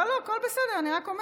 לא, לא, הכול בסדר, אני רק אומרת.